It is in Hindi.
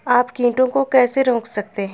आप कीटों को कैसे रोक सकते हैं?